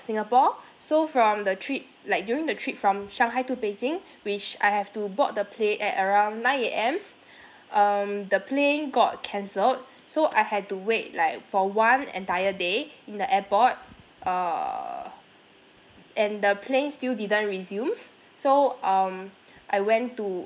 singapore so from the trip like during the trip from shanghai to beijing which I have to board the plane at around nine A_M um the plane got cancelled so I had to wait like for one entire day in the airport err and the plane still didn't resume so um I went to